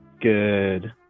good